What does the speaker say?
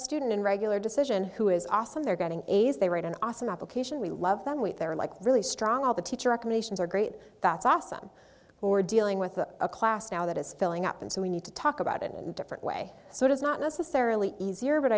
student in regular decision who is awesome they're getting a's they write an awesome application we love them wait they're like really strong all the teacher recommendations are great that's awesome or dealing with a class now that is filling up and so we need to talk about it in a different way so it is not necessarily easier but